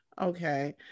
Okay